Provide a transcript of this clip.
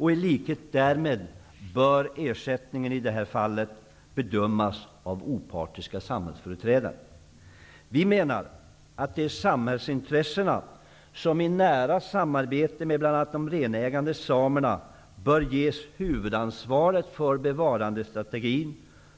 I likhet därmed bör ersättningskraven i det här fallet bedömas av opartiska samhällsföreträdare. Vi menar att det är samhällsintressena som, i nära samarbete med bl.a. de renägande samerna, bör ges huvudansvaret för bevarandestrategin